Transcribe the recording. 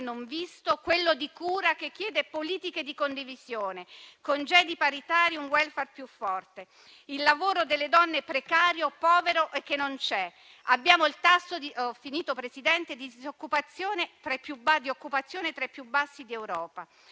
visto, quello di cura che chiede politiche di condivisione, congedi paritari, un *welfare* più forte, il lavoro delle donne precario o povero e che non c'è. Abbiamo il tasso di occupazione tra i più bassi d'Europa.